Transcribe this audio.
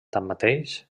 tanmateix